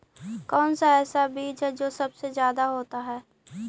कौन सा ऐसा बीज है जो सबसे ज्यादा होता है?